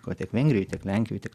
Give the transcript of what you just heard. ko tiek vengrijoj tiek lenkijoj tiek